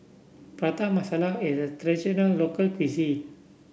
Prata Masala is a traditional local cuisine